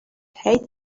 hate